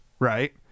Right